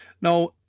Now